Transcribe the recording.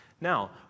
Now